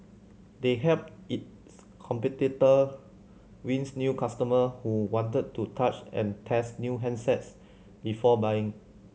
they helped its competitor wins new customer who wanted to touch and test new handsets before buying